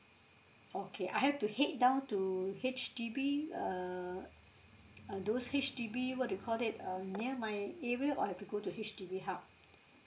okay I have to head down to H_D_B err uh those H_D_B what do you call that um near my area or I have to go to H_D_B hub